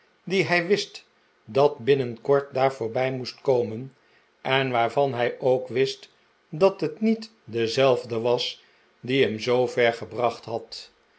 die hij wist dat binnenkort daar voorbij moest komen en waarvan hij ook wist dat het niet dezelf de was die hem zoover gebracht had